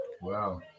Wow